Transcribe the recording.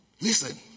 Listen